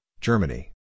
Germany